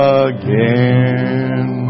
again